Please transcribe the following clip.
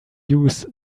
use